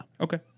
Okay